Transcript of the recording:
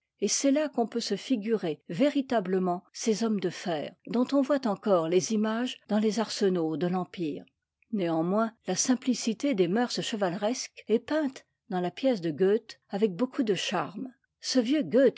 et c'est là qu'on peut se figurer véritablement ces hommes de fer dont on voit encore les images dans les arsenaux de l'empire néanmoins la simplicité des mœurs chevaleresques est peinte dans la pièce de goethe avec beaucoup de charmes ce vieux goetz